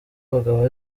abagabo